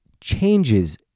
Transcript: changes